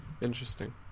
Interesting